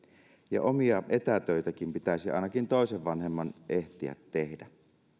ja omia etätöitäkin pitäisi ainakin toisen vanhemman ehtiä tehdä